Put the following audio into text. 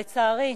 לצערי,